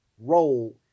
role